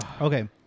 Okay